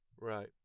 right